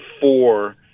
four